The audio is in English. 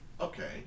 Okay